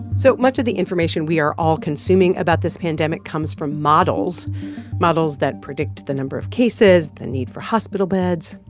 so, much of the information we are all consuming about this pandemic comes from models models that predict the number of cases, the need for hospital beds,